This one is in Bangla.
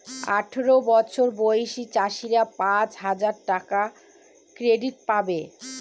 আঠারো বছর বয়সী চাষীরা পাঁচ হাজার টাকার ক্রেডিট পাবে